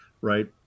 right